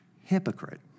hypocrite